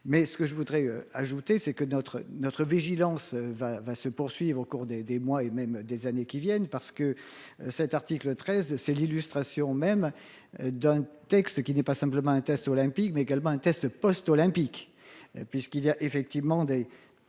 mais ce que je voudrais ajouter, c'est que notre notre vigilance va va se poursuivre au cours des des mois et même des années qui viennent parce que cet article 13, c'est l'illustration même. D'un texte qui n'est pas simplement un test olympique mais également un test post-olympique. Puisqu'il y a effectivement des